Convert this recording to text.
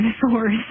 dinosaurs